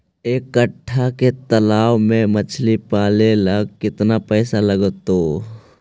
एक कट्ठा के तालाब में मछली पाले ल केतना पैसा लगतै?